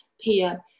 Pia